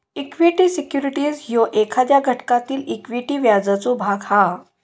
equity securities ह्यो एखाद्या घटकातील इक्विटी व्याजाचो भाग हा